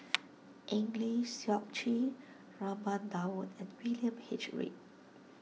Eng Lee Seok Chee Raman Daud and William H Read